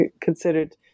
considered